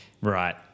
Right